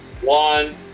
one